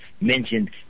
mentioned